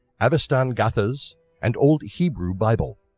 avestan gathas and old hebrew bible.